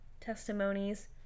testimonies